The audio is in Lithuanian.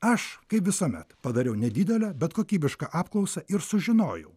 aš kaip visuomet padariau nedidelę bet kokybišką apklausą ir sužinojau